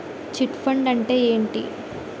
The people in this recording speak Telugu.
చిట్ ఫండ్ అంటే ఏంటి?